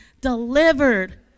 delivered